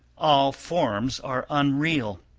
all forms are unreal